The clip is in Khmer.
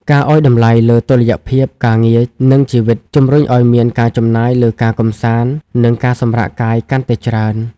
ការឱ្យតម្លៃលើ "តុល្យភាពការងារ និងជីវិត" ជម្រុញឱ្យមានការចំណាយលើការកម្សាន្ត និងការសម្រាកកាយកាន់តែច្រើន។